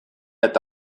eta